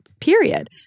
period